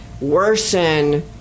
worsen